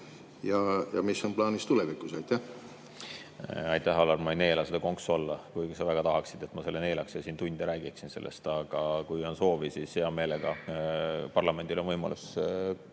ja mis on plaanis tulevikus? Aitäh, Alar! Ma ei neela seda konksu alla, kuigi sa väga tahaksid, et ma selle neelaks ja siin tunde räägiksin sellest. Aga kui on soovi, siis parlamendil on võimalus korraldada